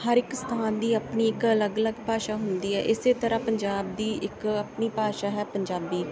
ਹਰ ਇੱਕ ਸਥਾਨ ਦੀ ਆਪਣੀ ਇੱਕ ਅਲੱਗ ਅਲੱਗ ਭਾਸ਼ਾ ਹੁੰਦੀ ਹੈ ਇਸੇ ਤਰ੍ਹਾਂ ਪੰਜਾਬ ਦੀ ਇੱਕ ਆਪਣੀ ਭਾਸ਼ਾ ਹੈ ਪੰਜਾਬੀ